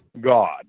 God